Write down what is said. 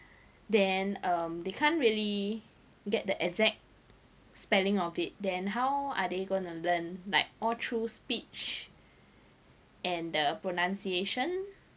then um they can't really get the exact spelling of it then how are they going to learn like all through speech and the pronunciation